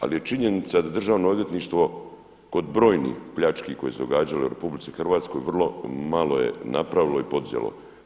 Ali je činjenica da Državno odvjetništvo kod brojnih pljački koje su se događale u RH vrlo malo je napravilo i poduzelo.